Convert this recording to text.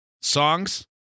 Songs